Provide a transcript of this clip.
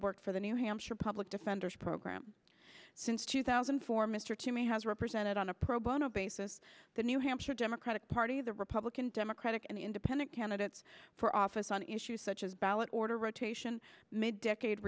worked for the new here public defenders program since two thousand and four mr toomey has represented on a pro bono basis the new hampshire democratic party the republican democratic and independent candidates for office on issues such as ballot order rotation may decade